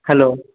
hello